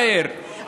מאיר.